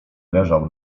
leżał